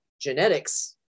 genetics